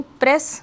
press